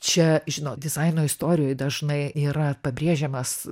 čia žinot dizaino istorijoj dažnai yra pabrėžiamas